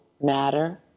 matter